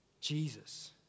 Jesus